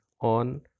on